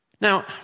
Now